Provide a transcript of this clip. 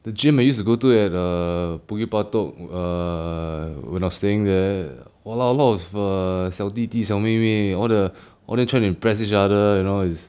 the gym I used to go to at err bukit batok err when I'm staying there !walao! a lot of err 小弟弟小妹妹 all the all the trying to impress each other you know it's